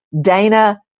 Dana